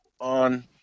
on